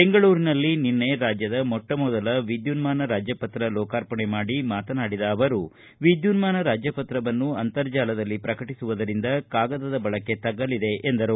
ಬೆಂಗಳೂರಿನಲ್ಲಿ ನಿನ್ನೆ ರಾಜ್ಯದ ಮೊಟ್ಟಮೊದಲ ವಿದ್ಯುನ್ಥಾನ ರಾಜ್ಯಪತ್ರ ಲೋಕಾರ್ಪಣೆ ಮಾಡಿ ಮಾತನಾಡಿದ ಅವರು ವಿದ್ಯುನ್ಮಾನ ರಾಜ್ಯಪತ್ರವನ್ನು ಅಂತರ್ಜಾಲದಲ್ಲಿ ಪ್ರಕಟಿಸುವುದರಿಂದ ಕಾಗದದ ಬಳಕೆ ತಗ್ಗಲಿದೆ ಎಂದರು